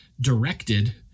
directed